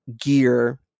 gear